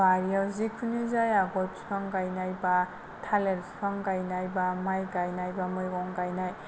बारियाव जिखुनु जाया गय बिफां गायनाय बा थालिर बिफां गायनाय बा माइ गायनाय बा मैगं गायनाय